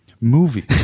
movie